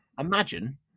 Imagine